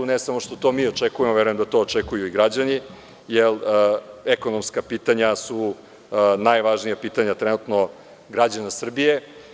Ne samo što to mi očekujemo, već verujem da to očekuju i građani, jer ekonomska pitanja su najvažnija pitanja trenutno građana Srbije.